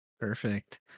Perfect